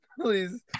Please